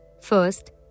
First